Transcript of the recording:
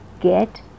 get